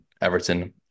Everton